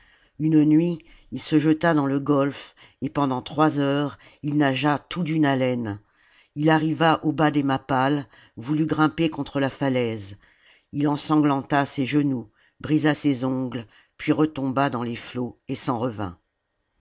une nuit il se jeta dans le golfe et pendant trois heures il nagea tout d'une haleine il arriva au bas des mappales voulut grimper contre la falaise ii ensanglanta ses genoux brisa ses ongles puis retomba dans les flots et s'en revint